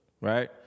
Right